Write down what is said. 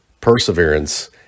perseverance